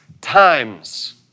times